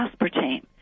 aspartame